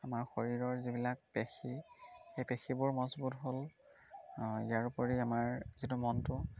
আমাৰ শৰীৰৰ যিবিলাক পেশী সেই পেশীবোৰ মজবুত হ'ল ইয়াৰ উপৰি আমাৰ যিটো মনটো